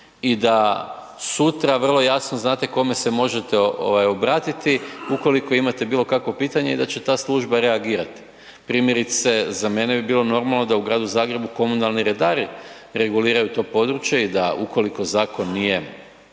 i da sutra vrlo jasno znate kome se možete ovaj obratiti ukoliko imate bilo kakvo pitanje i da će ta služba reagirati. Primjerice, za mene bi bilo normalno da u Gradu Zagrebu komunalni redari reguliraju to područje i da ukoliko zakon nije,